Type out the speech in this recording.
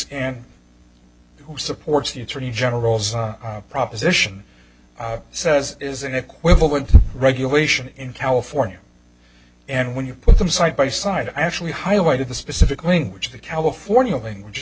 and who supports the attorney general's proposition says is an equivalent regulation in california and when you put them side by side i actually highlighted the specific language the california language